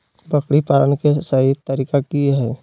बकरी पालन के सही तरीका की हय?